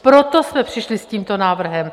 Proto jsme přišli s tímto návrhem.